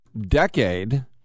decade